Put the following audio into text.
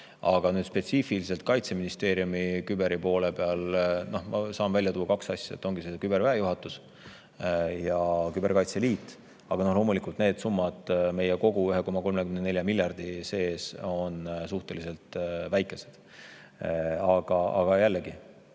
saa. Aga nüüd spetsiifiliselt Kaitseministeeriumi küberi poole pealt ma saan välja tuua kaks asja: need ongi küberväejuhatus ja küberkaitseliit. Aga loomulikult need summad meie kogu 1,34 miljardi sees on suhteliselt väikesed. Aga jällegi